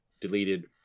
deleted